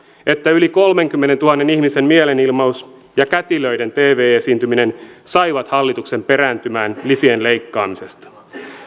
että yli kolmenkymmenentuhannen ihmisen mielenilmaus ja kätilöiden tv esiintyminen saivat hallituksen perääntymään lisien leikkaamisesta